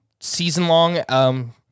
season-long